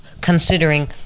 considering